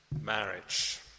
marriage